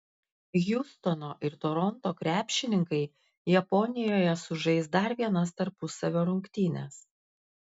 hjustono ir toronto krepšininkai japonijoje sužais dar vienas tarpusavio rungtynes